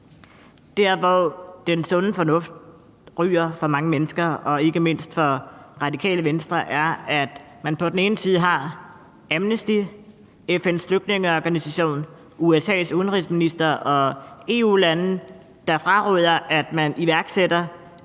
Der, hvor den sunde fornuft ryger for mange mennesker og ikke mindst for Radikale Venstre, er, at man på den ene side har Amnesty, FN's flygtningeorganisation, USA's udenrigsminister og EU-lande, der fraråder, at man iværksætter